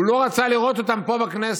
הוא לא רצה לראות אותם פה בכנסת,